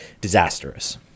disastrous